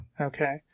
Okay